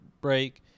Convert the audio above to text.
break